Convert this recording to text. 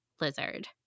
lizard